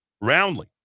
Roundly